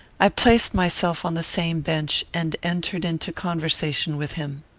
i placed myself on the same bench, and entered into conversation with him.